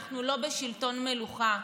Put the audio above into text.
אנחנו לא בשלטון מלוכה.